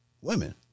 Women